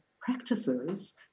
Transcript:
practices